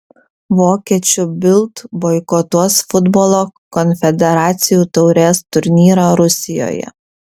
vokiečių bild boikotuos futbolo konfederacijų taurės turnyrą rusijoje